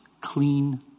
clean